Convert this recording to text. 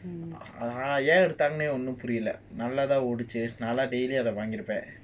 ஏன்எடுத்தங்கனேஒன்னும்புரியலநல்லாத்தான்ஓடுச்சுநான்லாம்:yen eduthangane onnum puriala nallathan oduchu nanlam daily அதவாங்கிருப்பேன்:adha vangirupen